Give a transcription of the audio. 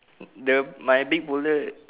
the my big boulder